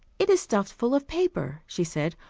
it is stuffed full of paper, she said.